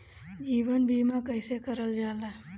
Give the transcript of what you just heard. जीवन बीमा कईसे करल जाला?